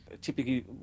typically